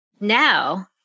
now